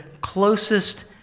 closest